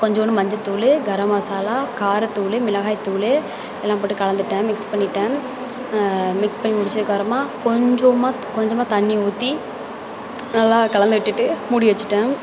கொஞ்சோண்டு மஞ்சத்தூள் கரம்மசாலா காரத்தூள் மிளகாய்தூள் எல்லாம் போட்டு கலந்துகிட்டேன் மிக்ஸ் பண்ணிவிட்டேன் மிக்ஸ் பண்ணி முடிச்சதுக்கப்புறமா கொஞ்சமாக கொஞ்சமாக தண்ணி ஊற்றி நல்லா கலந்து விட்டுவிட்டு மூடிவச்சுட்டேன்